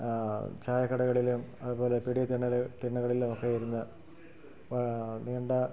ചായ കടകളിലും അതു പോലെ പീടിക തിണ്ണകളിലും ഒക്കെ ഇരുന്ന് നീണ്ട